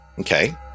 Okay